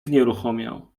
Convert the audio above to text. znieruchomiał